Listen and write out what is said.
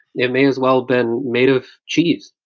it may as well been made of cheese.